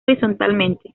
horizontalmente